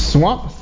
Swamp